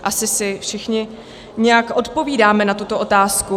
Asi si všichni nějak odpovídáme na tuto otázku.